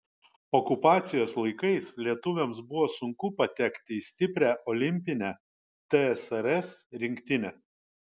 okupacijos laikais lietuviams buvo sunku patekti į stiprią olimpinę tsrs rinktinę